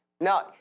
Now